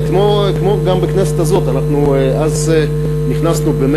איך שנכנסתי לתפקיד,